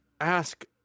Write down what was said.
ask